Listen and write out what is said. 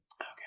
Okay